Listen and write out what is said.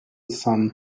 sun